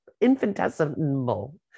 infinitesimal